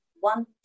One